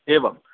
एवं